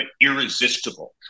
irresistible